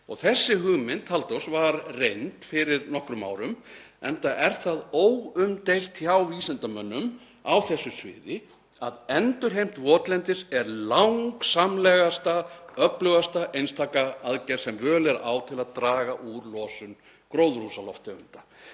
Þessi hugmynd Halldórs var reynd fyrir nokkrum árum, enda er það óumdeilt hjá vísindamönnum á þessu sviði að endurheimt votlendis er langsamlega öflugasta einstaka aðgerð sem völ er á til að draga úr losun gróðurhúsalofttegunda.